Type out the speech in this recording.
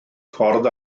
ffordd